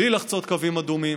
בלי לחצות קווים אדומים,